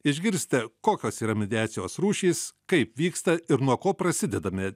išgirsite kokios yra mediacijos rūšys kaip vyksta ir nuo ko prasideda